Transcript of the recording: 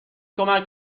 کمک